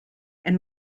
and